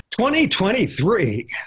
2023